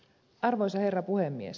arvoisa herra puhemies